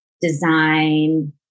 design